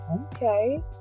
okay